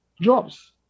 jobs